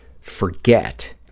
forget